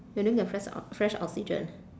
you don't get fresh ox~ fresh oxygen